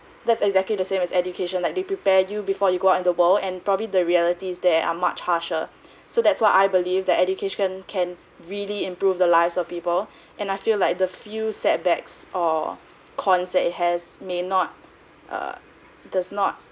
that's exactly the same as education like they prepared you before you go out in the world and probably the realities there are much harsher so that's what I believed that education can really improve the lives of people and I feel like the few setbacks or cons that has may not err does not